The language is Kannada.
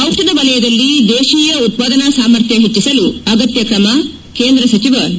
ಟಿಷಧ ವಲಯದಲ್ಲಿ ದೇತೀಯ ಉತ್ಪಾದನಾ ಸಾಮಾರ್ಥ್ಯ ಹೆಚ್ಚಿಸಲು ಅಗತ್ಯ ಕ್ರಮ ಕೇಂದ್ರ ಸಚಿವ ಡಿ